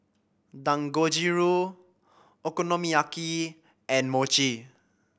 Dangojiru Okonomiyaki and Mochi